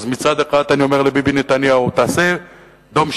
אז מצד אחד אני אומר לביבי נתניהו: תעשה דום שתיקה.